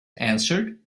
answered